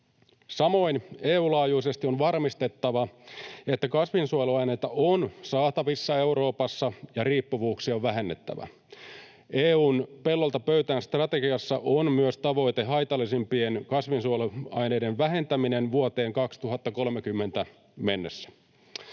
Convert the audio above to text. Samoin EU-laajuisesti on varmistettava, että kasvinsuojeluaineita on saatavissa Euroopassa, ja riippuvuuksia on vähennettävä. EU:n Pellolta pöytään -strategiassa on myös tavoite haitallisimpien kasvinsuojeluaineiden vähentämisestä vuoteen 2030 mennessä.